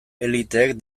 eliteek